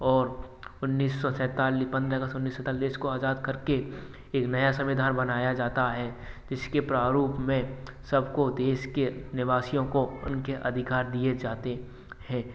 और उन्नीस सौ सैंताली पंद्रह अगस्त उन्नीस सौ सैंतालीस को आज़ाद करके एक नया संविधान बनाया जाता है जिसके प्रारूप में सबको देश के निवासियों को उनके अधिकार दिए जाते हैं